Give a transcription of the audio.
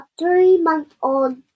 three-month-old